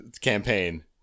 campaign